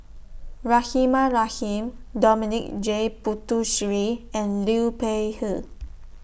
Rahimah Rahim Dominic J Puthucheary and Liu Peihe